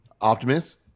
optimus